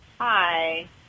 Hi